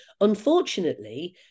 Unfortunately